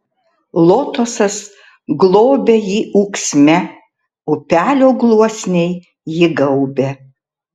lotosas globia jį ūksme upelio gluosniai jį gaubia